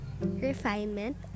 refinement